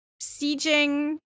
sieging